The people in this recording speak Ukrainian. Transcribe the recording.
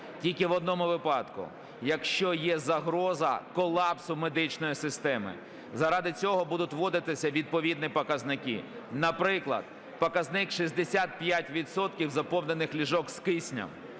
Тільки в одному випадку – якщо є загроза колапсу медичної системи, заради цього будуть вводитися відповідні показники. Наприклад, показник 65 відсотків заповнених ліжок з киснем.